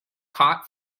caught